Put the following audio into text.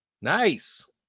Nice